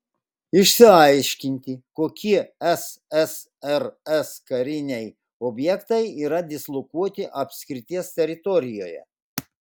išsiaiškinti kokie ssrs kariniai objektai yra dislokuoti apskrities teritorijoje